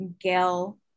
Gail